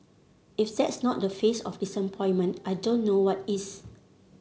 if that's not the face of disappointment I don't know what is